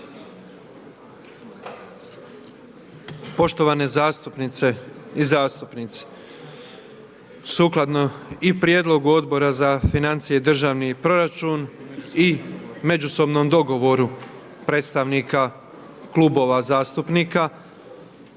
Poštovane zastupnice i zastupnici, sukladno i prijedlogu Odbora za financije i državni proračun i u međusobnom dogovoru predstavnika klubova zastupnika